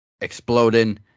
exploding